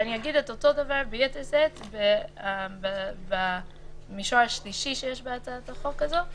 ואני אגיד את אותו דבר ביתר שאת במישור השלישי שיש בהצעת החוק הזו,